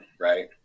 right